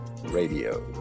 Radio